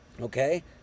okay